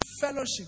Fellowship